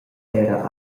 era